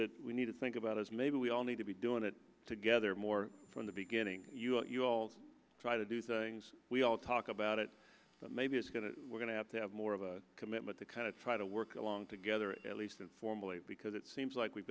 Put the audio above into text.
that we need to think about is maybe we all need to be doing it together more from the beginning you all try to do things we all talk about it but maybe it's going to we're going to have to have more of a commitment the kind of try to work along together at least informally because it seems like we've